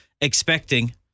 expecting